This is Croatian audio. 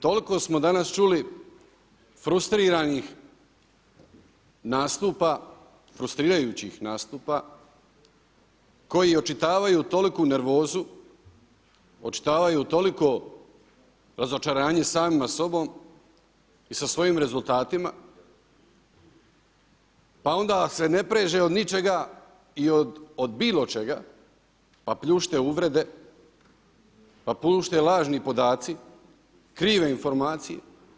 Toliko smo danas čuli frustriranih nastupa, frustrirajućih nastupa koji očitavaju toliku nervozu, očitavaju toliko razočaranje samima sobom i sa svojim rezultatima pa onda se ne preže od ničega i od bilo čega pa pljušte uvrede, pa pljušte lažni podaci, krive informacije.